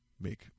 make